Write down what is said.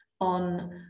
on